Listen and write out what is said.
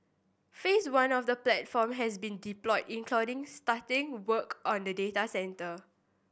Phase One of the platform has been deployed including starting work on a data centre